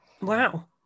Wow